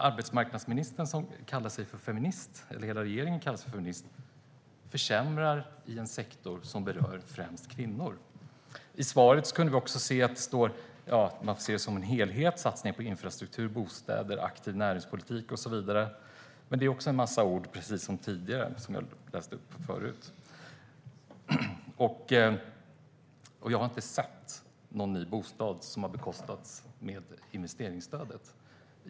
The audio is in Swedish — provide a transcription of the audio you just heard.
Arbetsmarknadsministern som kallar sig feminist - hela regeringen kallar sig ju feministisk - försämrar alltså i en sektor som främst berör kvinnor. I svaret nämns också att man får se det som en helhet, satsningar på infrastruktur och bostäder, aktiv näringspolitik och så vidare. Det är också en massa ord, precis som det jag räknade upp tidigare. Jag har inte sett någon ny bostad som har bekostats med investeringsstödet.